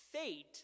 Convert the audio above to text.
fate